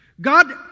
God